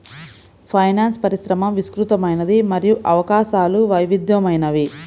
finance పరిశ్రమ విస్తృతమైనది మరియు అవకాశాలు వైవిధ్యమైనవి